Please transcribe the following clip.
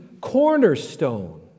cornerstone